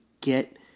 get